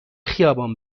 خیابان